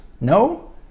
No